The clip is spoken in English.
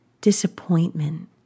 disappointment